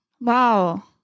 wow